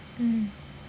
hmm